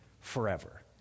forever